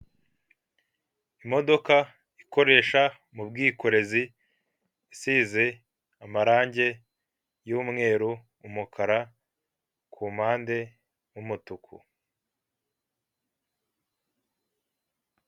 Imodoka ikoresha mu bwikorezi isize amarangi y'umweru umukara ku mpande n'umutuku.